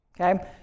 okay